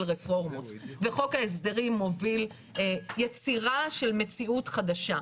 רפורמות וחוק ההסדרים מוביל יצירה של מציאות חדשה.